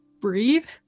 breathe